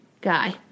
Guy